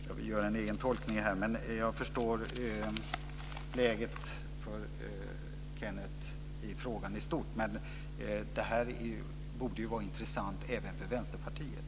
Jag vill göra en egen tolkning här. Men jag förstår läget för Kenneth Kvist i frågan i stort. Men detta borde ju vara intressant även för Vänsterpartiet.